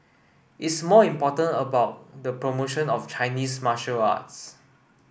it's more important about the promotion of Chinese martial arts